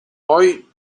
poi